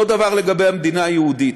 אותו דבר לגבי המדינה היהודית.